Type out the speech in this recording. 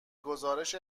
گزارش